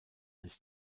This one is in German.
nicht